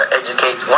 educate